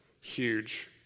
huge